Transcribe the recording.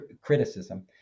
criticism